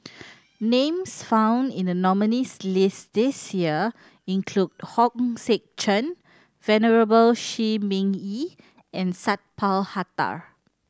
names found in the nominees' list this year include Hong Sek Chern Venerable Shi Ming Yi and Sat Pal Khattar